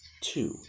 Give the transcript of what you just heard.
two